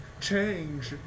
change